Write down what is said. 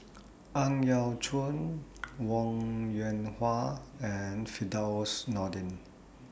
Ang Yau Choon Wong Yoon and Firdaus Nordin